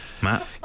Matt